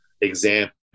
example